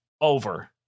over